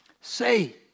Say